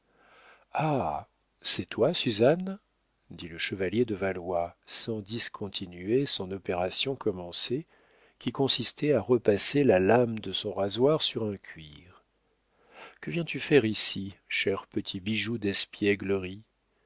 ah c'est toi suzanne dit le chevalier de valois sans discontinuer son opération commencée qui consistait à repasser la lame de son rasoir sur un cuir que viens-tu faire ici cher petit bijou d'espièglerie